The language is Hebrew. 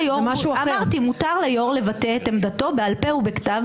אמרתי שמותר ליושב-ראש לבטא את עמדתו בעל פה ובכתב,